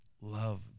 love